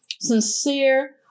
sincere